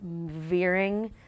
veering